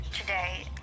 today